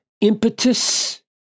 impetus